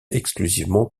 exclusivement